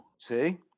See